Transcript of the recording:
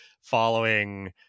following